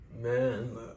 Man